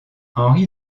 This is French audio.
henri